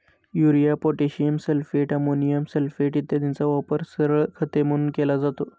urea, potassium sulphate, ammonium sulphate इत्यादींचा वापर सरळ खते म्हणून केला जातो